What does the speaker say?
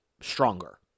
stronger